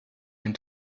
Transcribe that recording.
and